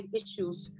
issues